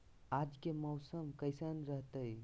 आज के मौसम कैसन रहताई?